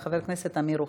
חבר הכנסת אמיר אוחנה,